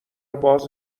باز